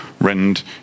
rend